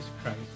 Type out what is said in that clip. Christ